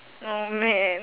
oh man